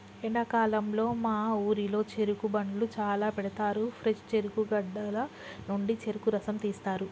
ఎండాకాలంలో మా ఊరిలో చెరుకు బండ్లు చాల పెడతారు ఫ్రెష్ చెరుకు గడల నుండి చెరుకు రసం తీస్తారు